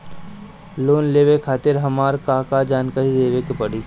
Loan लेवे खातिर हमार का का जानकारी देवे के पड़ी?